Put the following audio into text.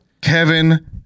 Kevin